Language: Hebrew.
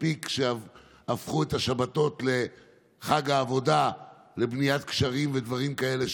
מספיק שהפכו את השבתות לחג העבודה לבניית גשרים ודברים כאלה,